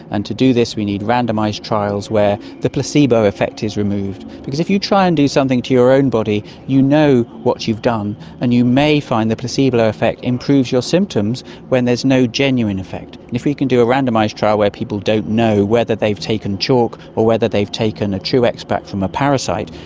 and to do this we need randomised trials where the placebo effect is removed. because if you try and do something to your own body, you know what you've done and you may find the placebo effect improves your symptoms when there is no genuine effect. and if we can do a randomised trial where people don't know whether they've taken chalk or whether they've taken a true extract from a parasite,